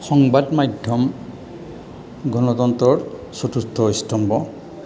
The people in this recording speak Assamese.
সংবাদ মাধ্যম গণতন্তৰ চতুৰ্থ স্তম্ভ